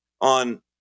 on